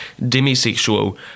demisexual